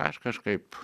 aš kažkaip